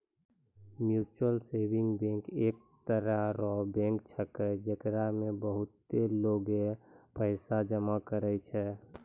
mutual saving bank एक तरह रो बैंक छैकै, जेकरा मे बहुते लोगें पैसा जमा करै छै